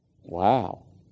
Wow